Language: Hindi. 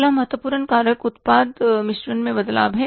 अगला महत्वपूर्ण कारक उत्पाद मिश्रण में बदलाव है